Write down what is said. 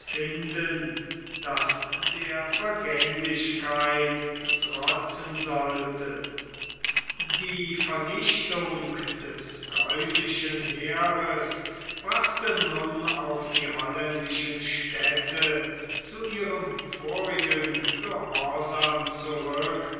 finden das der vergänglichkeit trotzen sollte die vernichtung des geusischen heeres brachte nun auch die holländischen städte zu ihrem vorigen gehorsam zurück